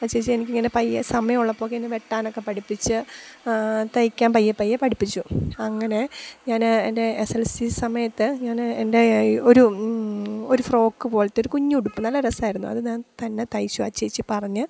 ആ ചേച്ചി എനിക്കിങ്ങനെ പയ്യെ സമയമുള്ളപ്പോഴൊക്കെ എന്നെ വെട്ടാനൊക്കെ പഠിപ്പിച്ചു തയ്ക്കാൻ പയ്യെ പയ്യെ പഠിപ്പിച്ചു അങ്ങനെ ഞാൻ എൻ്റെ എസ് എൽ സി സമയത്ത് ഞാൻ എൻ്റെ ഒരു ഒരു ഫ്രോക്ക് പോലത്തെ ഒരു കുഞ്ഞുടുപ്പ് നല്ല രസമായിരുന്നു അതു ഞാൻ തന്നെ തയ്ച്ചു ആ ചേച്ചി പറഞ്ഞു